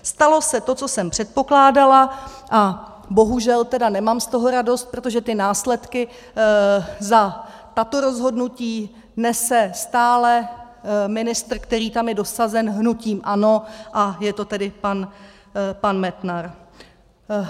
Stalo se to, co jsem předpokládala, a bohužel teda nemám z toho radost, protože ty následky za tato rozhodnutí nese stále ministr, který tam je dosazen hnutím ANO, a je to tedy pan Metnar.